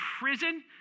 prison